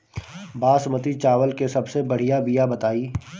बासमती चावल के सबसे बढ़िया बिया बताई?